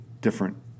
different